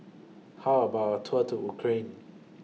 How about A Tour to Ukraine